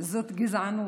זאת גזענות.